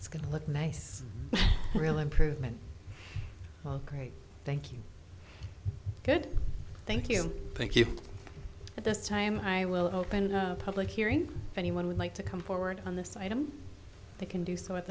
it's going to look nice real improvement great thank you good thank you thank you but this time i will open a public hearing anyone would like to come forward on this item they can do so at